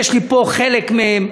ויש לי פה חלק מהם,